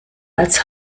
als